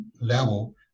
level